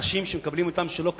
אנשים שמקבלים אותן שלא כדין.